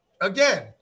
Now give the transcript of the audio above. Again